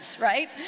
right